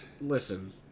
Listen